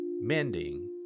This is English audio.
mending